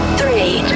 Three